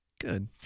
Good